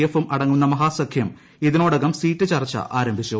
എഫും മറ്റുമടങ്ങുന്ന മഹാസഖ്യം ഇതിനോടകം സ്പ്രീറ്റ് ചർച്ച ആരംഭിച്ചു